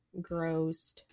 grossed